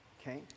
Okay